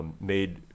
Made